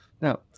Now